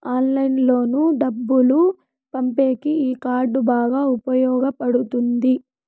ఆన్లైన్లో డబ్బులు పంపేకి ఈ కార్డ్ బాగా ఉపయోగపడుతుంది